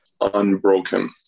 Unbroken